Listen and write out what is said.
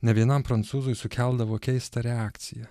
ne vienam prancūzui sukeldavo keistą reakciją